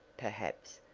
perhaps,